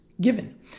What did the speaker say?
given